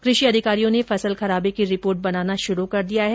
कृषि अधिकारियों ने फसल खराबे की रिपोर्ट बनाना शुरू कर दिया है